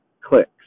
clicks